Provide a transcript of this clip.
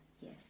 yes